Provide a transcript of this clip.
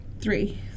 Three